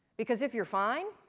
because if you're fine,